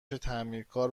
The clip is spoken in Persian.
تعمیرکار